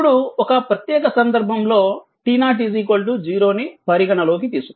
ఇప్పుడు ఒక ప్రత్యేక సందర్భంలో t0 0 ని పరిగణలోకి తీసుకుందాం